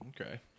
Okay